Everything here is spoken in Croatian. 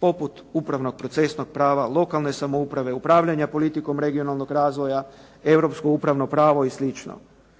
poput upravnog procesnog prava, lokalne samouprave, upravljanje politikom regionalnog razvoja, europsko upravno pravo i